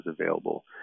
available